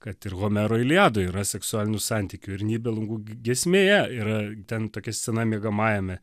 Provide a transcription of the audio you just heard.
kad ir homero iliadoje yra seksualinių santykių ir nybelungų giesmėje yra ten tokia scena miegamajame